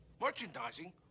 Merchandising